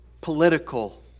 political